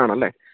ആ ആണല്ലേ